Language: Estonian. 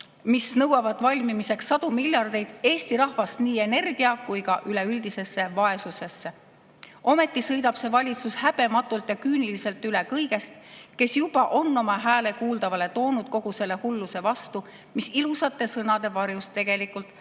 mis nõuavad valmimiseks sadu miljardeid, Eesti rahvast nii energia- kui ka üleüldisesse vaesusesse [ja sõidab] häbematult ja küüniliselt üle kõigest, kes juba on oma hääle kuuldavale toonud kogu selle hulluse vastu, mis ilusate sõnade varjus tegelikult